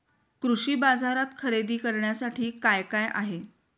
कृषी बाजारात खरेदी करण्यासाठी काय काय आहे?